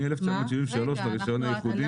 מ-1973 ברישיון הייחודי?